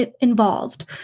involved